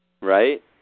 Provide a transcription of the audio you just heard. Right